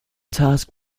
task